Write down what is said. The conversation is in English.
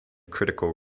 critical